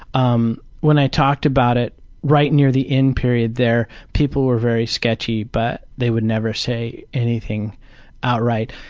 um when i talked about it right near the end period there, people were very sketchy but they would never say anything outright.